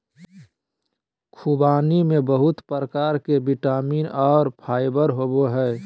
ख़ुबानी में बहुत प्रकार के विटामिन और फाइबर होबय हइ